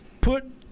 Put